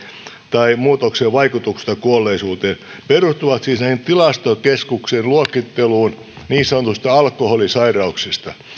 tai muutoksen vaikutuksista kuolleisuuteen perustuvat siis tilastokeskuksen luokitteluun niin sanotuista alkoholisairauksista